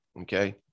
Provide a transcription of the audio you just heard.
okay